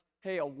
hey